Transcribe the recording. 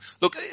look